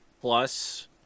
plus